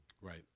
Right